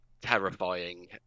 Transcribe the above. terrifying